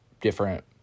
different